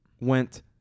went